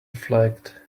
flagged